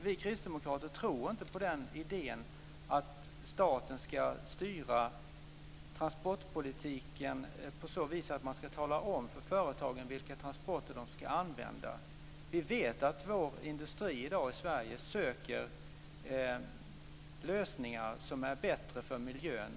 Vi kristdemokrater tror inte på idén att staten ska styra transportpolitiken på så vis att man ska tala om för företagen vilka transporter de ska använda. Vi vet att vår industri i dag i Sverige söker lösningar som är bättre för miljön.